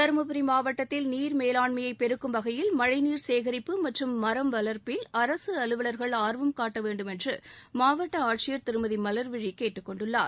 தரும்புரி மாவட்டத்தில் நீர் மேலாண்மையை பெருக்கும் வகையில் மழைநீர் சேகரிப்பு மற்றும் மர வளர்ப்பில் அரசு அலுவலர்கள் ஆர்வம் காட்ட வேண்டும் என்று மாவட்ட ஆட்சியர் திருமதி எஸ் மலர்விழி கேட்டுக்கொண்டுள்ளார்